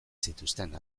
zituzten